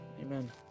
Amen